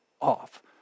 off